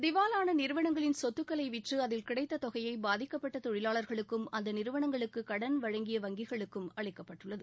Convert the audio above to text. திவாவான நிறுவனங்களின் சொத்துக்களை விற்று அதில் கிடைத்த தொகையை பாதிக்கப்பட்ட தொழிலாளர்களுக்கும் அந்த நிறுவனங்களுக்கு கடள் வழங்கிய வங்கிகளுக்கும் அளிக்கப்பட்டுள்ளது